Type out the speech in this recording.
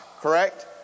correct